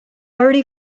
already